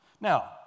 Now